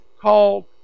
called